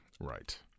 Right